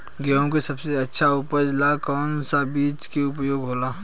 गेहूँ के सबसे अच्छा उपज ला कौन सा बिज के उपयोग होला?